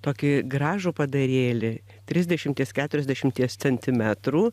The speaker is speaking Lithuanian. tokį gražų padarėlį trisdešimties keturiasdešimties centimetrų